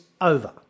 over